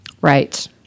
Right